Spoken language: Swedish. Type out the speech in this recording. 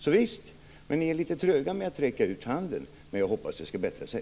Javisst, men ni är litet tröga med att räcka ut handen. Jag hoppas att det skall bättra sig.